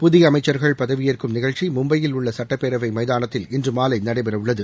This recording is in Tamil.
புதிய அமைச்சர்கள் பதவியேற்கும் நிகழ்ச்சி மும்பையில் உள்ள சட்டப்பேரவை எமதானத்தில் இன்று மாலை நடைபெறவுள்ளது